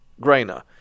Grainer